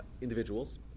individuals